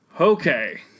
Okay